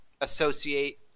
associate